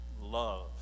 Love